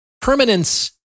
Permanence